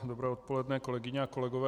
Dobré odpoledne, kolegyně a kolegové.